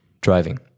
driving